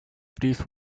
these